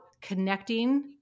connecting